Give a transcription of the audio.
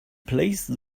placed